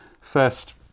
first